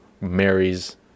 marries